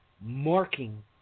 marking